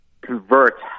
convert